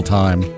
time